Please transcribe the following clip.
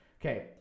Okay